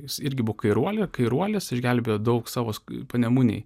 jis irgi buvo kairuolė kairuolis išgelbėjo daug savo panemunėj